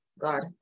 God